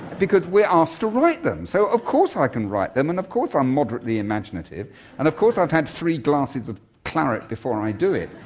because we're asked to write them, so of course i can write them and of course i'm moderately imaginative and of course i've had three glasses of claret before i do it,